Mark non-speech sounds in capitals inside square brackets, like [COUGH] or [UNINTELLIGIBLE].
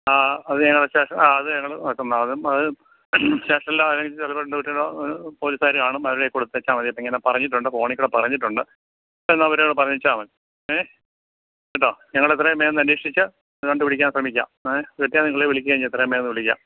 ആ അത് ഞങ്ങൾ സ്റ്റേഷ ആ അത് ഞങ്ങൾ വെക്കും അത് സ്റ്റേഷനിലെ ആരെങ്കിലും [UNINTELLIGIBLE] പോലീസ്കാർ കാണും അവരുടെ കയ്യിൽ കൊടുത്തേച്ചാൽ മതി അപ്പം ഇങ്ങനെ പറഞ്ഞിട്ടുണ്ട് ഫോണിൽക്കൂടെ പറഞ്ഞിട്ടുണ്ട് അത് ചെന്നവരോട് പറഞ്ഞേച്ചാൽമതി എ കേട്ടോ ഞങ്ങളെത്രയും വേഗം ഒന്ന് അന്വേഷിച്ച് കണ്ട് പിടിക്കാൻ ശ്രമിക്കാം ഏ പറ്റിയാൽ നിങ്ങളെ വിളിക്കുകയും ചെയ്യാം എത്രയും വേഗം വിളിക്കാം